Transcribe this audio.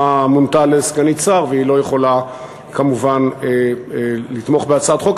מונתה לסגנית שר והיא לא יכולה כמובן לתמוך בהצעת חוק,